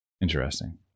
Interesting